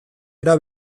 era